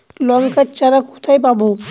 লঙ্কার চারা কোথায় পাবো?